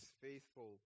faithful